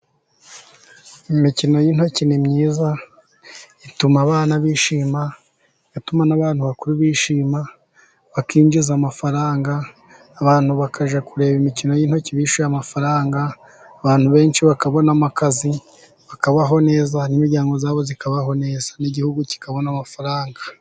Imikino y'intoki ni myiza, ituma abana bishima, igatuma n'abantu bakuru bishima, bakinjiza amafaranga, abantu bakajya kureba imikino y'intoki bishyuye amafaranga, abantu benshi bakabonamo akazi, bakabaho neza, n'imiryango yabo ikabaho neza, n'igihugu kikabona amafaranga.